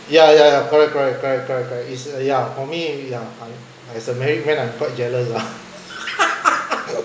ya ya correct correct correct correct correct is ya for me ya I it's uh I I mean I'm quite jealous ah